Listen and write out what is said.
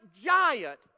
giant